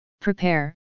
prepare